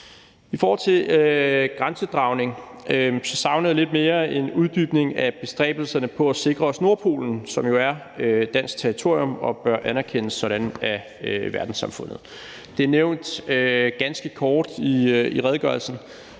I forhold til grænsedragning savner jeg lidt en uddybning af bestræbelserne på at sikre os Nordpolen, som jo er dansk territorium og burde anerkendes som sådan af verdenssamfundet. Det er nævnt ganske kort i redegørelsen,